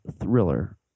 thriller